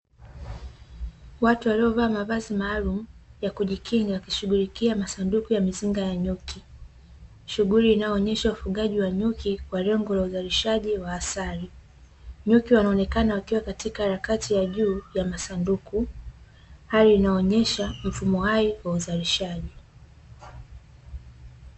Watu waliovaa mavazi maalumu ya kujikinga kushughulikia masanduku ya mizinga ya nyuki. Shughuli inayoonyesha ufugaji wa nyuki kwa lengo la uzalishaji wa asali. Nyuki wanaonekana wakiwa katika harakati ya juu ya masanduku, hali inayoonyesha mfumo hai wa uzalishaji.